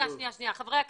חברי הכנסת,